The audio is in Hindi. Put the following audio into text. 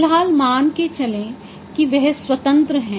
फ़िलहाल मान के चलें कि वह स्वतंत्र हैं